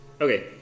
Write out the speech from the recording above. Okay